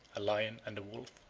a lion, and a wolf.